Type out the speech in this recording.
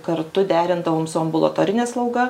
kartu derindavom su ambulatorine slauga